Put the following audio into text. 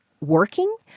Working